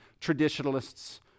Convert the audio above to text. traditionalists